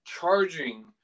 charging